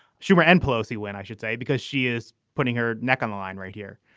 schumer and pelosi when i should say. because she is putting her neck on the line right here.